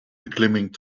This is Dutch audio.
beklimming